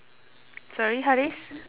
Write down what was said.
sorry haris